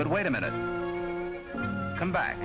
but wait a minute come back